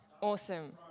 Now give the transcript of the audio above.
Awesome